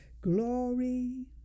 Glory